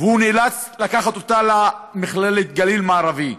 והוא נאלץ לקחת אותה למכללת גליל מערבי.